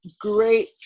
great